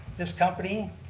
this company,